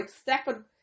stepping